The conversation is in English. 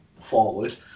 forward